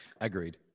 agreed